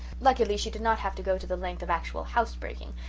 luckily she did not have to go to the length of actual housebreaking.